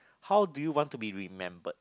how do you want to be remembered